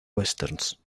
westerns